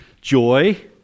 joy